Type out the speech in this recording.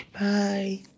bye